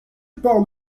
paulo